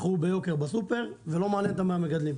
מכרו ביוקר בסופר ולא מעניין אותם המגדלים.